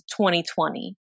2020